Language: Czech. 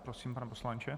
Prosím, pane poslanče.